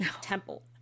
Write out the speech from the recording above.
temple